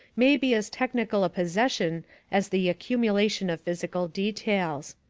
may be as technical a possession as the accumulation of physical details.